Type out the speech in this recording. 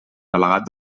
delegat